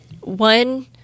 one